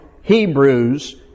Hebrews